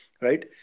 right